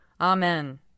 Amen